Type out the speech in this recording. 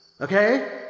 Okay